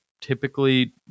typically